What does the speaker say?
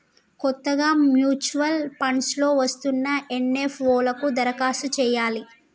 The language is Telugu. కొత్తగా మ్యూచువల్ ఫండ్స్ లో వస్తున్న ఎన్.ఎఫ్.ఓ లకు దరఖాస్తు చేయాలి